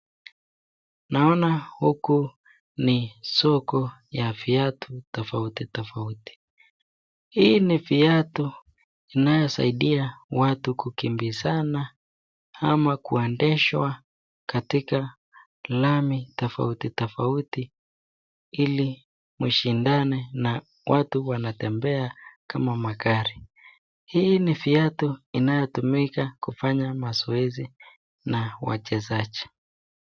Naona huku ni soko ya viatu tofauti tofauti. Hii ni viatu inayosaidia watu kukimbizana ama kuendeshwa katika lami tofauti tofauti ili washindane na watu wanatembea kama magari. Hii ni viatu inayotumika kufanya mazoezi na wachezaji.